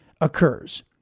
occurs